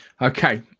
Okay